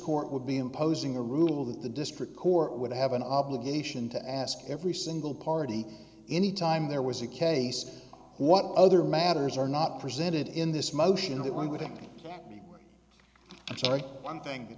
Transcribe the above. court would be imposing a rule that the district court would have an obligation to ask every single party any time there was a case what other matters are not presented in this motion